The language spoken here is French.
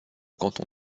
canton